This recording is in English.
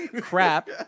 crap